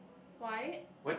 why